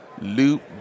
Loop